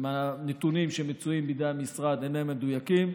אם הנתונים שמצויים בידי המשרד אינם מדויקים,